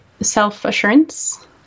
self-assurance